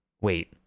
Wait